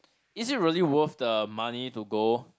is it really worth the money to go